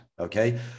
okay